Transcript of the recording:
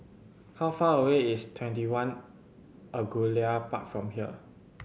how far away is TwentyOne Angullia Park from here